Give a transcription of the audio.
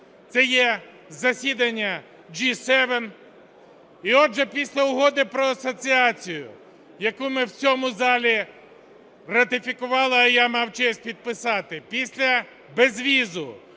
це є засідання G7. І, отже, після Угоди про асоціацію, яку ми в цьому залі ратифікували, а я мав честь підписати, після безвізу,